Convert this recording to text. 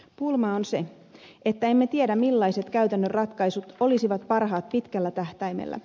pulma on se että emme tiedä millaiset käytännön ratkaisut olisivat parhaat pitkällä tähtäimellä